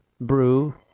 Brew